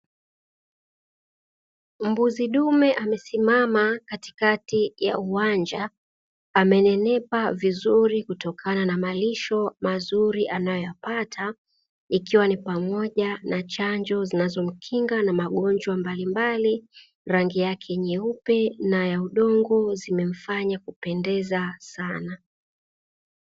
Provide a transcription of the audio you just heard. Mbuzi dume amesimama katikati ya uwanja, amenenepa vizuri kutokana na malisho mazuri anayoyapata, ikiwa ni pamoja na chanjo zinazomkinga na magonjwa mbalimbali rangi yake nyeupe na ya udongo, zimemfanya kupendeza sana.